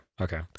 okay